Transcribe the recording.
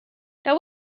there